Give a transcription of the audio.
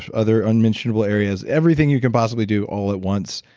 um other unmentionable areas, everything you can possible do all at once,